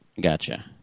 Gotcha